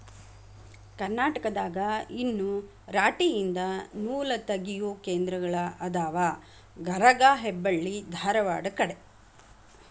ಕರ್ನಾಟಕದಾಗ ಇನ್ನು ರಾಟಿ ಯಿಂದ ನೂಲತಗಿಯು ಕೇಂದ್ರಗಳ ಅದಾವ ಗರಗಾ ಹೆಬ್ಬಳ್ಳಿ ಧಾರವಾಡ ಕಡೆ